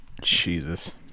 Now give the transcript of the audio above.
Jesus